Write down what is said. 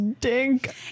dink